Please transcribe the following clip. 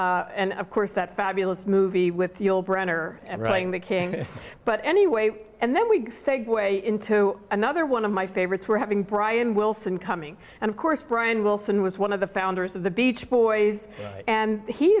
and of course that fabulous movie with the old printer and writing the king but anyway and then we segue into another one of my favorites were having brian wilson coming and of course brian wilson was one of the founders of the beach boys and